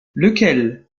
lequel